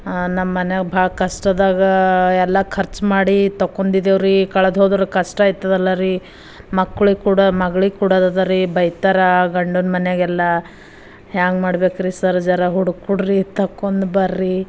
ನಮ್ಮನೆಯವ್ರು ಭಾಳ ಕಷ್ಟದಾಗ ಎಲ್ಲ ಖರ್ಚು ಮಾಡಿ ತೊಕ್ಕೊಂಡಿದ್ದೇವ್ರಿ ಕಳೆದೋದರೆ ಕಷ್ಟ ಆಯ್ತದಲ್ಲರಿ ಮಕ್ಳಿಗೆ ಕೂಡ ಮಗಳಿಗೆ ಕೊಡೋದದರಿ ಬೈತರಾ ಗಂಡನ ಮನೆಗೆಲ್ಲ ಹ್ಯಾಂಗೆ ಮಾಡ್ಬೇಕ್ರಿ ಸರ್ ಜರಾ ಹುಡುಕ್ಕೊಡ್ರಿ ತೊಕೊಂಡ್ಬರ್ರೀ